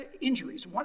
injuries